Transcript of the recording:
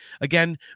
Again